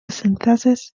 synthesis